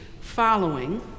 following